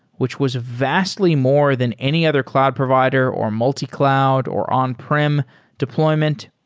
which was vastly more than any other cloud provider, or multi-cloud, or on-prem deployment.